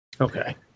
okay